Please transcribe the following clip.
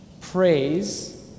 Praise